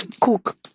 cook